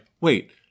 wait